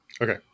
Okay